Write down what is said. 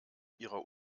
ihrer